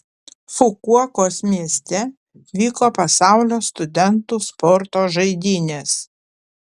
fukuokos mieste vyko pasaulio studentų sporto žaidynės